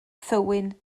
thywyn